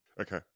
okay